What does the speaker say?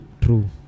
true